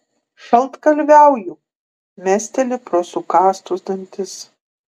šaltkalviauju mesteli pro sukąstus dantis